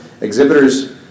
Exhibitors